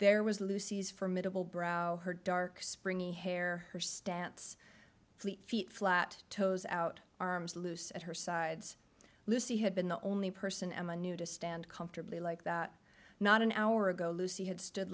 there was lucy's for middlebrow her dark springy hair her stance fleet feet flat toes out arms loose at her sides lucy had been the only person emma knew to stand comfortably like that not an hour ago lucy had stood